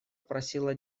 просила